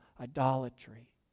idolatry